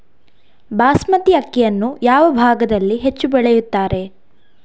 ಬಾಸ್ಮತಿ ಅಕ್ಕಿಯನ್ನು ಯಾವ ಭಾಗದಲ್ಲಿ ಹೆಚ್ಚು ಬೆಳೆಯುತ್ತಾರೆ?